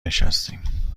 نشستیم